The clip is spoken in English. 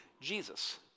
Jesus